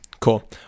Cool